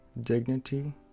dignity